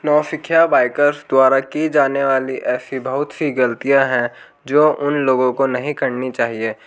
नौ सखिया बाइकर्स द्वारा की जाने वाली ऐसी बहुत सी ग़लतियाँ है जो उन लोगों को नहीं करनी चाहिए